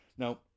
Now